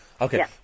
Okay